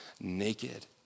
naked